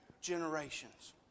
generations